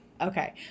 Okay